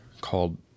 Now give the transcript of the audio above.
Called